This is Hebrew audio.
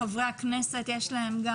לחברי הכנסת יש לוח זמנים.